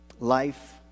life